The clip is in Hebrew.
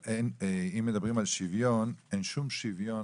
אם מדברים על שוויון אין שום שוויון